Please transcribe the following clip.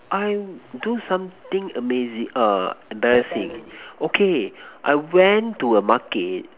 I'm do something amazing err embarrassing okay I went to a Market